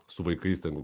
su vaikais ten